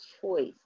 choice